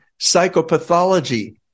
psychopathology